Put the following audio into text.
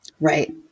Right